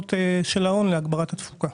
המכונות להגברת התפוקה.